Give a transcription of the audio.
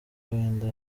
wenda